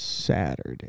Saturday